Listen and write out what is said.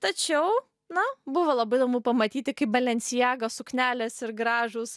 tačiau na buvo labai įdomu pamatyti kaip belenciaga suknelės ir gražūs